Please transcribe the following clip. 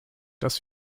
dass